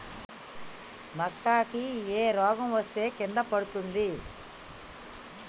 మక్కా కి ఏ రోగం వస్తే కింద పడుతుంది?